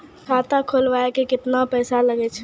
खाता खोलबाबय मे केतना पैसा लगे छै?